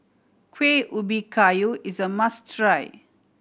Kueh Ubi Kayu is a must try